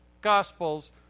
gospels